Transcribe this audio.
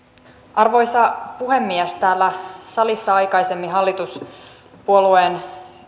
arvoisa puhemies täällä salissa aikaisemmin hallituspuolueen